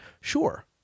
Sure